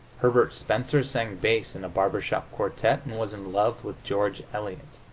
herbert spencer sang bass in a barber-shop quartette and was in love with george eliot.